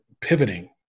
pivoting